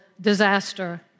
disaster